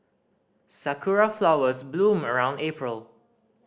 sakura flowers bloom around April